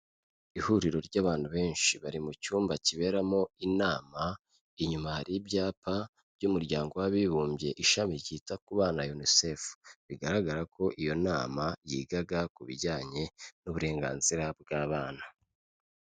Ihuriro ry'abantu benshi bari mu cyumba kiberamo inama, inyuma y'ibyapa by'Umuryango w'Abibumbye, Ishami ryita ku bana, UNICEF, bigaragara ko iyo nama yigaga ku bijyanye n'uburenganzira bw'abana.